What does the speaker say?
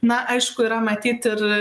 na aišku yra matyt ir